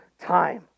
time